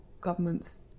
government's